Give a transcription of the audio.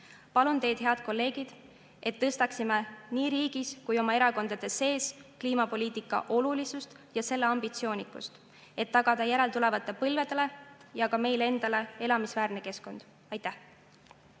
Palun teid, head kolleegid, et tõstataksime igaüks nii riigis kui ka oma erakonna sees kliimapoliitika olulisuse teemat ja suurendaksime selle ambitsioonikust, et tagada järeltulevatele põlvedele ja ka meile endale elamisväärne keskkond. Aitäh!